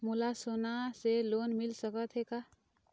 मोला सोना से लोन मिल सकत हे का?